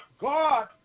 God